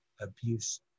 abuse